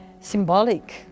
symbolic